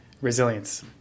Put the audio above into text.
resilience